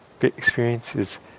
experiences